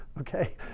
okay